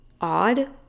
odd